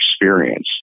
experience